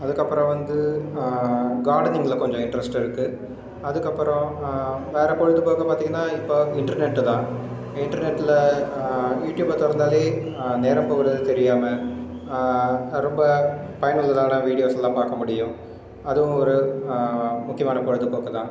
அதுக்கப்புறம் வந்து கார்டனிங்கில் கொஞ்சம் இன்ட்ரெஸ்ட் இருக்குது அதுக்கப்புறம் வேற பொழுதுபோக்கு பார்த்தீங்கன்னா இப்போது இன்டர்நெட்டு தான் இன்டர்நெட்டில் யூடியூப திறந்தாலே நேரம் போகுறதே தெரியாமல் ரொம்ப பயனுள்ளதான வீடியோஸெல்லாம் பார்க்க முடியும் அதுவும் ஒரு முக்கியமான பொழுதுபோக்கு தான்